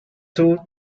two